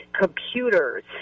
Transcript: computers